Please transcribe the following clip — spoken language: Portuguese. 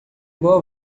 boa